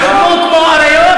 תילחמו כמו אריות,